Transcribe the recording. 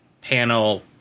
panel